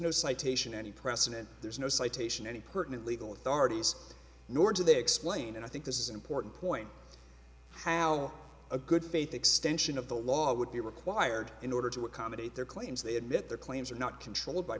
no citation any precedent there's no citation any pertinent legal authorities nor do they explain and i think this is an important point how a good faith extension of the law would be required in order to accommodate their claims they admit their claims are not controlled by